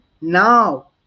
now